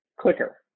clicker